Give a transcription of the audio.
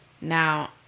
Now